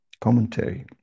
commentary